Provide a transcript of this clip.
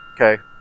Okay